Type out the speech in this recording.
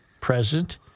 present